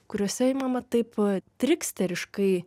kuriuose imama taip pat triksteriškai